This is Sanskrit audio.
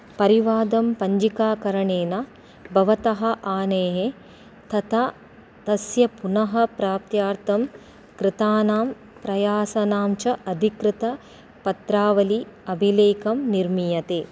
परिवादं पञ्जिकाकरणेन भवतः हानेः तथा तस्य पुनः प्राप्त्यर्थं कृतानां प्रयासानां च अधिकृतपत्रावलि अभिलेखं निर्मीयते